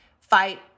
Fight